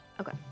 Okay